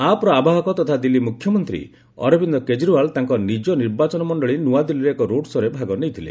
app ର ଆବାହକ ତଥା ଦିଲ୍ଲୀ ମୁଖ୍ୟମନ୍ତ୍ରୀ ଅରବିନ୍ଦ କେଜରିଓ୍ବାଲ ତାଙ୍କ ନିଜ ନିର୍ବାଚନ ମଣ୍ଡଳୀ ନୂଆଦିଲ୍ଲୀରେ ଏକ ରୋଡ୍ଶୋରେ ଭାଗ ନେଇଥିଲେ